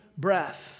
Breath